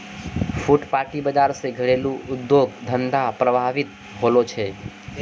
फुटपाटी बाजार से घरेलू उद्योग धंधा प्रभावित होलो छै